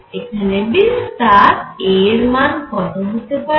এখানে বিস্তার A এর মান কত হতে পারে